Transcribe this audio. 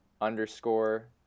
underscore